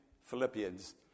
Philippians